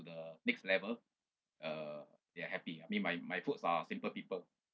the next level uh they are happy I mean my my folks are simple people